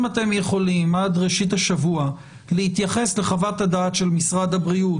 אם אתם יכולים עד ראשית השבוע להתייחס לחוות הדעת של משרד הבריאות,